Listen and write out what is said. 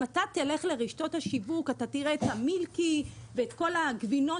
אם אתה תלך לרשתות השיווק אתה תראה את המילקי ואת כל גבינות